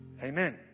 amen